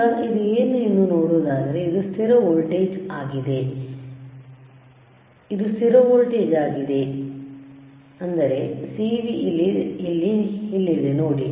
ಈಗ ಇದು ಏನು ಎಂದು ನೋಡುವುದಾದರೆ ಇದು ಸ್ಥಿರ ವೋಲ್ಟೇಜ್ ಆಗಿದೆ CV ಇಲ್ಲಿದೆ ನೋಡಿ